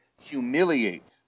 humiliate